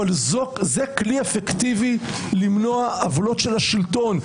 אבל זה כלי אפקטיבי למנוע עוולות של השלטון.